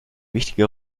wichtige